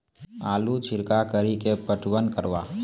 आलू छिरका कड़ी के पटवन करवा?